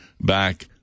back